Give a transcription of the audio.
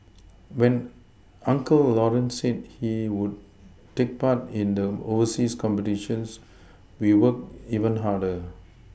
when uncle Lawrence said he could take part in the overseas competitions we worked even harder